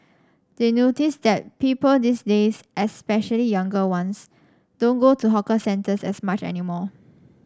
they notice that people these days especially younger ones don't go to hawker centres as much anymore